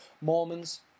Mormons